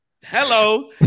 Hello